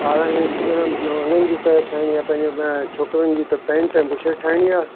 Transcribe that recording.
ॿारनि जे स्कूल में हुननि जी त ठाहिणी आहे पंहिंजो छोकिरीनि जी त पैंट ऐं बूशट ठाहिणी आहे